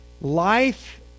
Life